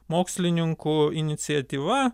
mokslininkų iniciatyva